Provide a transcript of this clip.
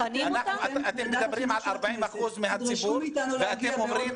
--- אתם מדברים על 40% מהציבור, ואתם אומרים